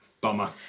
bummer